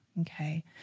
okay